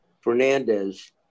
Fernandez